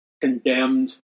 condemned